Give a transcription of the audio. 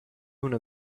una